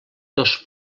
dos